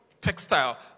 Textile